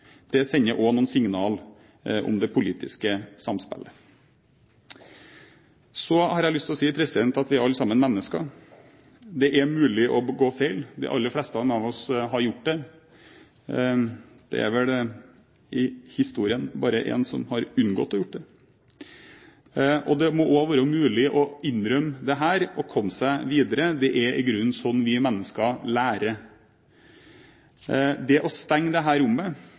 Det sender også noen signaler om det politiske samspillet. Så har jeg lyst til å si at vi alle sammen er mennesker. Det er mulig å begå feil, de aller fleste av oss har gjort det. Det er vel i historien bare én som har unngått å gjøre det. Det må også være mulig å innrømme dette og komme seg videre. Det er i grunnen slik vi mennesker lærer. Det å stenge dette rommet – å ta bort denne rausheten fra det norske politiske rommet